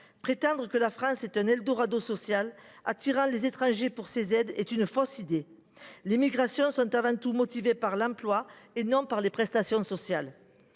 Prétendre que la France est un eldorado social dont les aides attireraient les étrangers, c’est relayer une fausse idée. Les migrations sont avant tout motivées par l’emploi, et non par les prestations sociales.